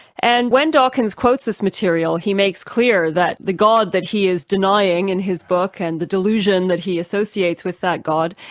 and when dawkins quotes this material, he makes clear that the god that he is denying in his book and the delusion that he associates with that god,